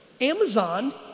Amazon